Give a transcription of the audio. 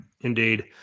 indeed